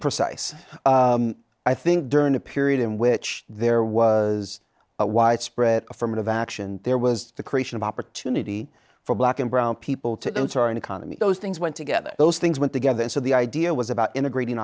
precise i think during a period in which there was a widespread affirmative action there was the creation of opportunity for black and brown people to enter an economy those things went together those things went together so the idea was about integrating